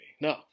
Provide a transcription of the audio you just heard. No